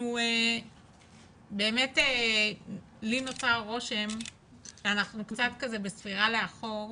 לי נוצר הרושם שאנחנו קצת בספירה לאחור